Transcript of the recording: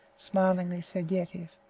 smilingly said yetive.